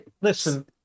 Listen